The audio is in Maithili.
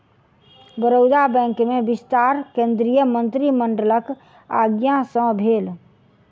बड़ौदा बैंक में विस्तार केंद्रीय मंत्रिमंडलक आज्ञा सँ भेल